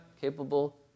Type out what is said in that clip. capable